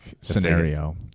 scenario